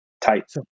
Tight